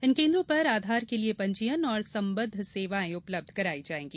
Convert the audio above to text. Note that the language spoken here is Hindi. इन केन्द्रों पर आधार के लिये पंजीयन और संबद्ध सेवाएं उपलब्ध कराई जायेंगी